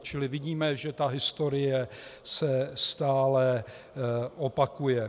Čili vidíme, že ta historie se stále opakuje.